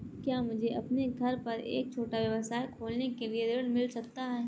क्या मुझे अपने घर पर एक छोटा व्यवसाय खोलने के लिए ऋण मिल सकता है?